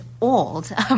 old